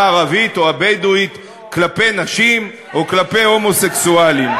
הערבית או הבדואית כלפי נשים או כלפי הומוסקסואלים?